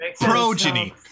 Progeny